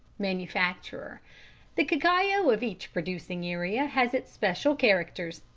manufacturer the cacao of each producing area has its special characters,